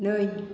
नै